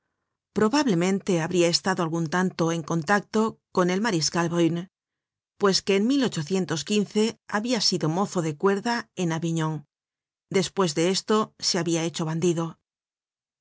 probablemente habria estado algun tanto en contacto con el mariscal bruñe pues que en habia sido mozo de cuerda en avignon despues de esto se habia hecho bandido